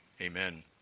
Amen